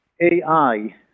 AI